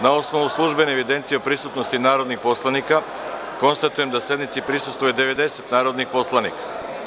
Na osnovu službene evidencije o prisutnosti narodnih poslanika, konstatujem da sednici prisustvuje 90 narodnih poslanika.